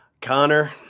Connor